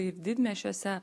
ir didmiesčiuose